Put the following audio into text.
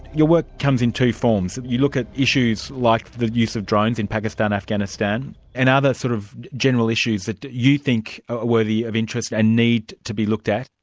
your work comes in two forms. you look at issues like the use of drones in pakistan, afghanistan and other sort of general issues that you think ah worthy of interest and need to be looked at.